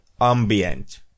Ambient